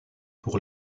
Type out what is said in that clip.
pour